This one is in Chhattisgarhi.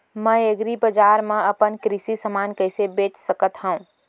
मैं एग्रीबजार मा अपन कृषि समान कइसे बेच सकत हव?